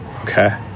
Okay